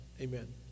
Amen